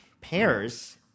pairs